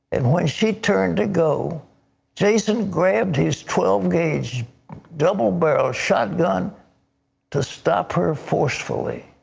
and when she turned to go jason grabbed his twelve gaming double barrel shotgun to stop her forcefully.